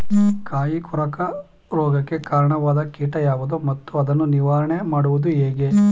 ಕಾಯಿ ಕೊರಕ ರೋಗಕ್ಕೆ ಕಾರಣವಾದ ಕೀಟ ಯಾವುದು ಮತ್ತು ಅದನ್ನು ನಿವಾರಣೆ ಮಾಡುವುದು ಹೇಗೆ?